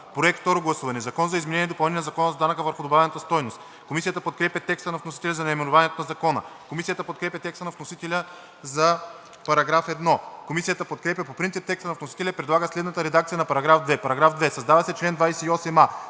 ноември 2022 г. „Закон за изменение и допълнение на Закона за данък върху добавената стойност“.“ Комисията подкрепя текста на вносителя за наименованието на Закона. Комисията подкрепя текста на вносителя за § 1. Комисията подкрепя по принцип текста на вносителя и предлага следната редакция на § 2: „§ 2. Създава се чл. 28а: